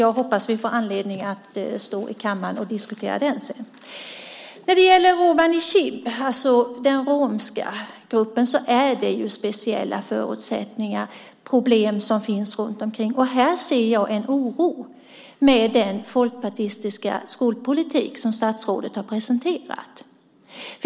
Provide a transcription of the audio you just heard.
Jag hoppas att vi får anledning att diskutera den i kammaren sedan. När det gäller romani chib och den romska gruppen är det ju speciella förutsättningar och problem. Här ser jag med oro på den folkpartistiska skolpolitik som statsrådet har presenterat.